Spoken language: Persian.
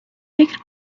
فکر